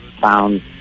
found